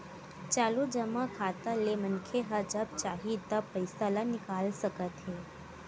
चालू जमा खाता ले मनखे ह जब चाही तब पइसा ल निकाल सकत हे